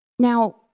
Now